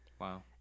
Wow